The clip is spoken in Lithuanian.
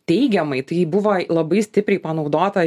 teigiamai tai buvo labai stipriai panaudota